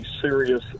serious